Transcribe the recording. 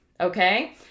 Okay